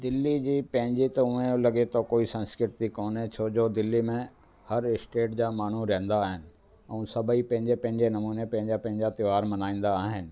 दिल्ली जी पंहिंजी त ऊअं लॻे थो पंहिंजी कोई संस्कृती कोन्हे छो जो दिल्ली में हर स्टेट जा माण्हू रहंदा आहिनि ऐं सभेई पंहिंजे पंहिंजे नमूने पंहिंजा पंहिंजा त्योहार मनाईंदा आहिनि